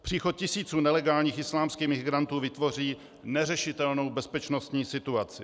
Příchod tisíců nelegálních islámských imigrantů vytvoří neřešitelnou bezpečnostní situaci.